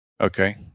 Okay